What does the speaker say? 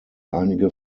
einige